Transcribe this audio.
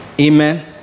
Amen